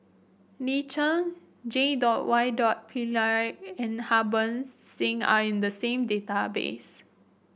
Lin Chen J dot Y dot Pillay and Harbans Singh are in the same database